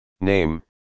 Name